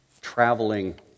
traveling